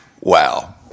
wow